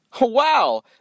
Wow